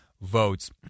votes